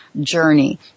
journey